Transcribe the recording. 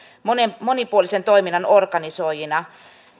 monipuolisen toiminnan organisoijana